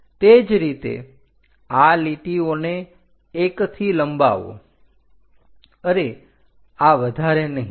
તે જ રીતે આ લીટીઓને 1 થી લંબાવો અરે આ વધારે નહીં